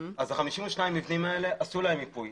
52 מבנים עשו להם מיפוי.